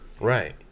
Right